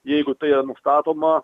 jeigu tai yra nustatoma